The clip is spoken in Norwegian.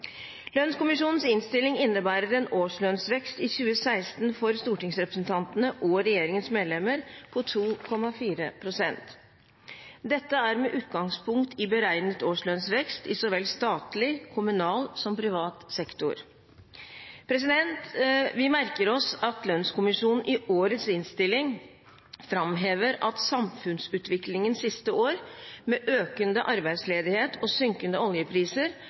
Lønnskommisjonens innstilling innebærer en årslønnsvekst i 2016 for stortingsrepresentantene og regjeringens medlemmer på 2,4 pst. Dette er med utgangspunkt i beregnet årslønnsvekst i så vel statlig og kommunal som i privat sektor. Vi merker oss at lønnskommisjonen i årets innstilling framhever at samfunnsutviklingen det siste året, med økende arbeidsledighet og synkende oljepriser,